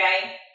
Okay